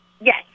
Yes